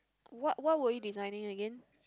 what what would your designing again